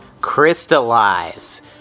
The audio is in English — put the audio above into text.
Crystallize